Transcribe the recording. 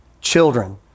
Children